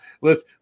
listen